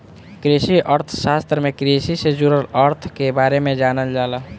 कृषि अर्थशास्त्र में कृषि से जुड़ल अर्थ के बारे में जानल जाला